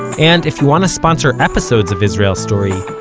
and if you want to sponsor episodes of israel story,